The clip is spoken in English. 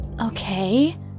Okay